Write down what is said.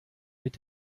mit